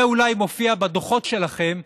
זה, אולי, מופיע בדוחות שלכם.